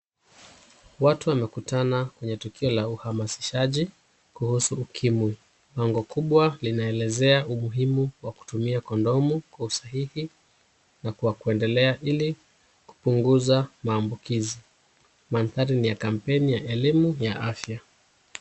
Watu wamekutana kwenye tukio la uhamasishaji kuhusu ukimwi. Bango kubwa linaelezea umuhimu wa kutumia ckondomu kwa sahihi na kwa kuendelea ili kupunguza maambukizi. Mandhari ni ya kampeni ya elimu ya afya.